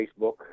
Facebook